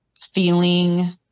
feeling